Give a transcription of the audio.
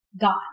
God